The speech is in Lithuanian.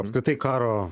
apskritai karo